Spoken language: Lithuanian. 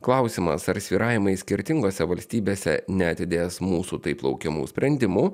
klausimas ar svyravimai skirtingose valstybėse neatidės mūsų taip laukiamų sprendimų